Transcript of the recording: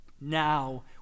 now